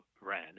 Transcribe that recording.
ran